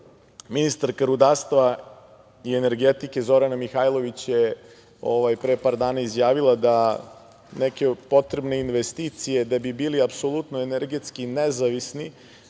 putem. Ministarka rudarstva i energetike Zorana Mihajlović je pre par dana izjavila da neke potrebne investicije da bi bili apsolutno energetski nezavisni